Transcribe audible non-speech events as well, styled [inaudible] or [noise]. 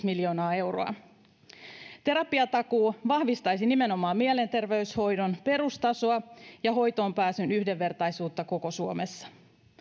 [unintelligible] miljoonaa euroa terapiatakuu vahvistaisi nimenomaan mielenterveyshoidon perustasoa ja hoitoonpääsyn yhdenvertaisuutta koko suomessa